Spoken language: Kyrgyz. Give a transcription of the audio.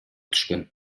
түшкөн